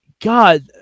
God